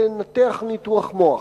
לבצע ניתוח מוח.